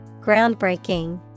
Groundbreaking